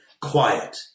quiet